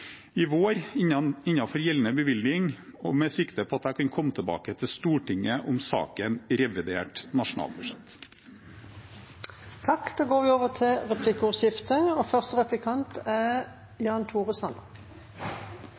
i vår innenfor gjeldende bevilgning, med sikte på at jeg kan komme tilbake til Stortinget om saken i revidert nasjonalbudsjett. Det blir replikkordskifte. Nedstenging av samfunnet rammer studentene dobbelt: både det faglige og